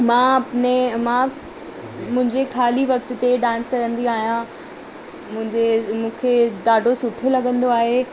मां अपने मां मुंहिंजे ख़ाली वक़्त ते डांस कंदी आहियां मुंहिंजे मूंखे ॾाढो सुठो लॻंदो आहे